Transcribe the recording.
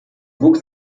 wuchs